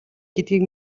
гэдгийг